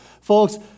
Folks